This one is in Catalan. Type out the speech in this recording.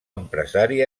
empresari